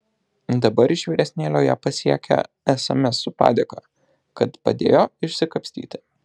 dabar iš vyresnėlio ją pasiekią sms su padėka kad padėjo išsikapstyti